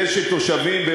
תושבים,